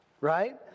right